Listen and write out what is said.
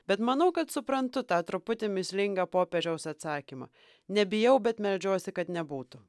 bet manau kad suprantu tą truputį mįslingą popiežiaus atsakymą nebijau bet meldžiuosi kad nebūtų